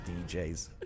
DJs